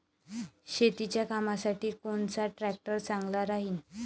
शेतीच्या कामासाठी कोनचा ट्रॅक्टर चांगला राहीन?